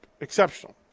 exceptional